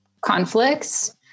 conflicts